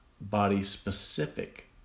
body-specific